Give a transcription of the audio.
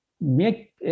make